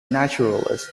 naturalist